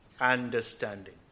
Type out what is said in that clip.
understanding